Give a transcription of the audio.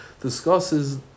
discusses